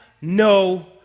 no